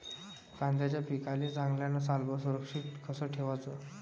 कांद्याच्या पिकाले चांगल्यानं सालभर सुरक्षित कस ठेवाचं?